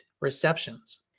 receptions